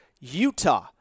Utah